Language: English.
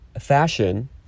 fashion